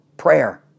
prayer